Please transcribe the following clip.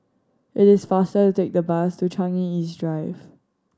it is faster to take the bus to Changi East Drive